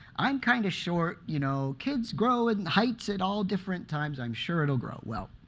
i'm kind of sure you know, kids grow in heights at all different times. i'm sure it'll grow. well,